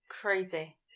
Crazy